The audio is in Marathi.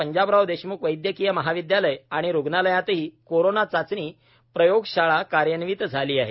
पंजाबराव देशमुख वैद्यकीय महाविद्यालय आणि रुग्णालयातही कोरोना चाचणी प्रयोगशाळा कार्यान्वित झाली आहे